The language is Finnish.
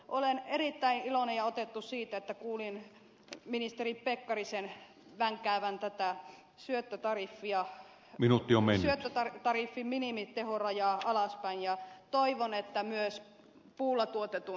olen erittäin iloinen ja otettu siitä että kuulin ministeri pekkarisen vänkäävän tätä syöttötariffin minimitehorajaa alaspäin ja toivon että myös puulla tuotetun chp lämmön tariffia pohditaan